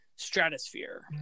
stratosphere